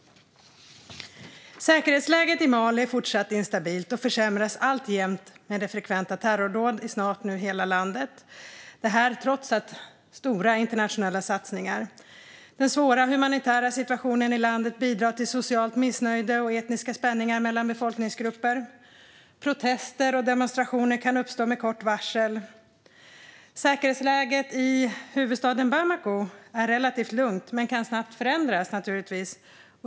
Säkerhetsläget i Mali är fortsatt instabilt och försämras alltjämt med frekventa terrordåd i nu snart hela landet - detta trots stora internationella satsningar. Den svåra humanitära situationen i landet bidrar till socialt missnöje och etniska spänningar mellan befolkningsgrupper, och protester och demonstrationer kan uppstå med kort varsel. Säkerhetsläget i huvudstaden Bamako är relativt lugnt men kan givetvis snabbt förändras.